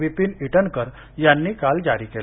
विपीन इटनकर यांनी काल जारी केले